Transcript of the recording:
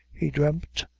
he dreamt,